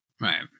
right